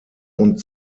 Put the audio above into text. und